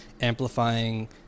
amplifying